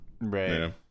Right